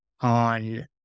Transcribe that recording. on